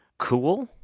cool?